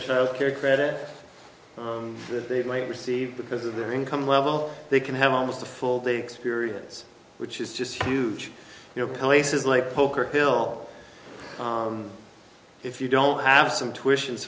child care credit that they might receive because of their income level they can have almost a full day experience which is just huge you know places like poker hill if you don't have some t